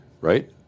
right